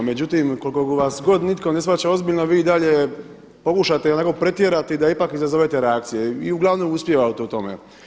Međutim, koliko god vas nitko ne shvaća ozbiljno vi i dalje pokušate onako pretjerati da ipak izazovete reakcije i uglavnom uspijevate u tome.